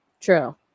True